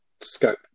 scope